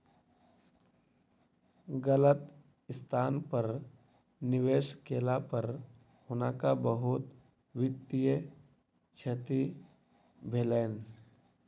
गलत स्थान पर निवेश केला पर हुनका बहुत वित्तीय क्षति भेलैन